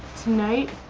tonight,